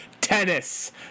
tennis